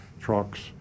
trucks